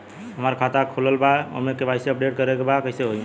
हमार खाता ता खुलल बा लेकिन ओमे के.वाइ.सी अपडेट करे के बा कइसे होई?